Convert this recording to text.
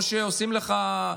או שעושים לך,